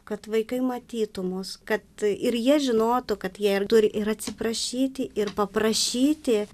kad vaikai matytų mus kad ir jie žinotų kad jie ir turi ir atsiprašyti ir paprašyti